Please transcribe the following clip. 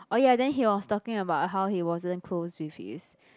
oh ya then he was talking about how he wasn't close with his